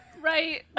Right